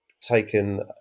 taken